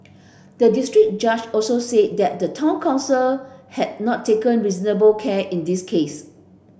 the district judge also said that the town council had not taken reasonable care in this case